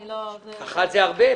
אחת מתוך שתיים, זה הרבה.